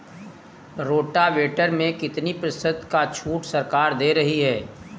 Rotavator में कितनी प्रतिशत का छूट सरकार दे रही है?